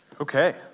okay